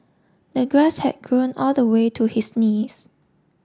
the grass had grown all the way to his knees